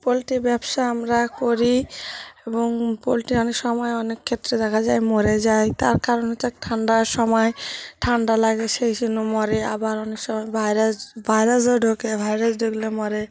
poultry ব্যবসা আমরা করি এবং পোলট্রি অনেক সময় অনেক ক্ষেত্রে দেখা যায় মরে যায় তার কারণ হচ্ছে ঠান্ডার সময় ঠান্ডা লাগে সেই জন্য মরে আবার অনেক সময় ভাইরাস ভাইরাসও ঢোকে ভাইরাস ঢুকলে মরে